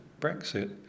Brexit